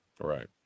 right